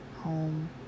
home